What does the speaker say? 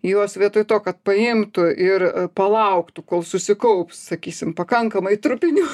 jos vietoj to kad paimtų ir palauktų kol susikaups sakysim pakankamai trupinių